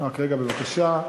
רק רגע, בבקשה.